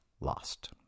lost